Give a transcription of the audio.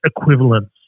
equivalence